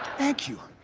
thank you.